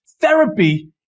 Therapy